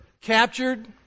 captured